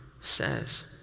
says